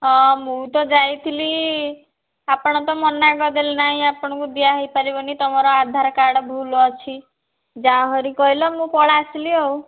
ହଁ ମୁଁ ତ ଯାଇଥିଲି ଆପଣ ତ ମନା କରିଦେଲେ ନାଇଁ ଆପଣଙ୍କୁ ଦିଆହୋଇପାରିବନି ନାହିଁ ତୁମର ଆଧାର କାର୍ଡ଼୍ ଭୁଲ୍ ଅଛି ଯାହା ହରି କହିଲା ମୁଁ ପଳାଇ ଆସିଲି ଆଉ